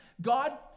God